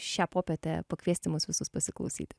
šią popietę pakviesti mus visus pasiklausyti